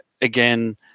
Again